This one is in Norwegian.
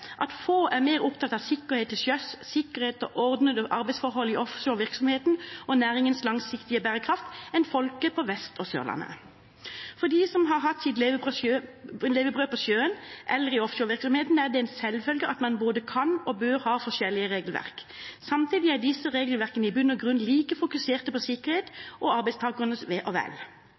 at få er mer opptatt av sikkerhet til sjøs, sikkerhet og ordnede arbeidsforhold i offshorevirksomheten og næringens langsiktige bærekraft enn folket på Vest- og Sørlandet. For dem som har hatt sitt levebrød på sjøen eller i offshorevirksomheten, er det en selvfølge at man både kan og bør ha forskjellige regelverk. Samtidig er disse regelverkene i bunn og grunn like fokuserte på sikkerhet og arbeidstakernes ve og vel.